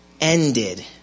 ended